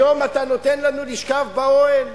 היום אתה נותן לנו לשכב באוהל?